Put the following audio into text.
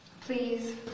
Please